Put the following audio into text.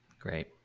Great